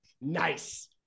Nice